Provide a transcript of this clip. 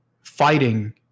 fighting